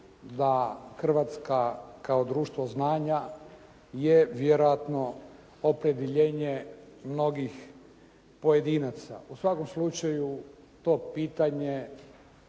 da Hrvatska kao društvo znanja je vjerojatno opredjeljenje mnogih pojedinaca. U svakom slučaju to pitanje